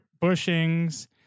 bushings